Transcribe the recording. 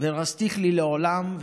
"וארשתיך לי לעולם,